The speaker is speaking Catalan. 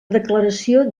declaració